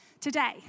today